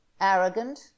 arrogant